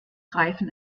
reifen